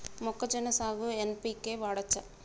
మొక్కజొన్న సాగుకు ఎన్.పి.కే వాడచ్చా?